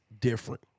different